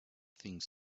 think